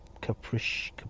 capricious